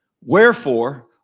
Wherefore